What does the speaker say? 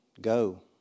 go